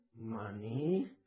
money